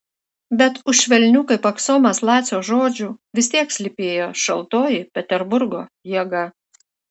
bet už švelnių kaip aksomas lacio žodžių vis tiek slypėjo šaltoji peterburgo jėga